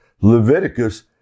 Leviticus